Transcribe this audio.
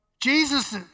Jesus